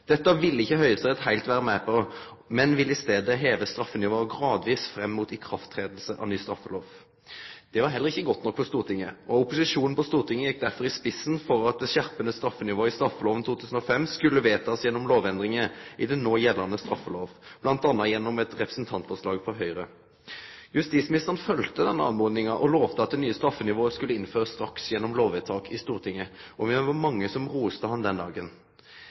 Dette ville ikkje Høgsterett heilt vere med på, men ville i staden heve straffenivået gradvis fram mot at ny straffelov tek til å gjelde. Det var heller ikkje godt nok for Stortinget, og opposisjonen på Stortinget gjekk derfor i spissen for at det skjerpa straffenivået i straffelova 2005 skulle bli vedteke gjennom lovendringar i den no gjeldande straffelova, m.a. gjennom eit representantforslag frå Høgre. Justisministeren følgde denne oppmodinga og lova at det nye straffenivået skulle bli innført straks gjennom lovvedtak i Stortinget. Me var mange som rosa han den dagen,